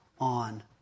on